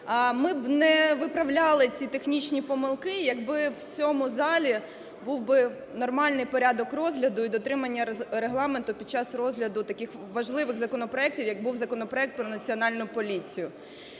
Ми б не виправляли ці технічні помилки, якби в цьому залі був би нормальний порядок розгляду і дотримання Регламенту під час розгляду таких важливих законопроектів, як був законопроект про Національну поліцію.